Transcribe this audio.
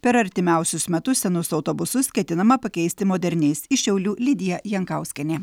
per artimiausius metus senus autobusus ketinama pakeisti moderniais iš šiaulių lidija jankauskienė